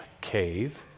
cave